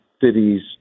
Cities